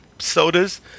Sodas